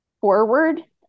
forward